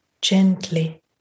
gently